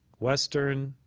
western